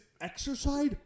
Exercise